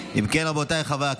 להעביר את